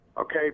Okay